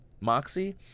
Moxie